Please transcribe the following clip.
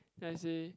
then i saw